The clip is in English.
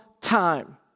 time